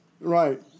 Right